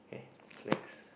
okay next